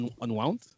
unwound